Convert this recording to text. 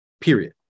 period